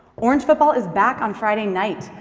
orange football is back on friday night!